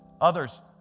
Others